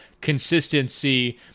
consistency